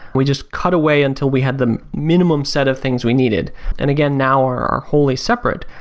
we just cut away until we had them minimum set of things we needed and again now are are wholly separate,